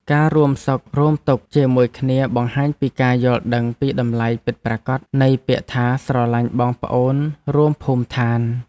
ការរួមសុខរួមទុក្ខជាមួយគ្នាបង្ហាញពីការយល់ដឹងពីតម្លៃពិតប្រាកដនៃពាក្យថាស្រឡាញ់បងប្អូនរួមភូមិឋាន។